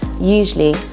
usually